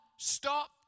Stop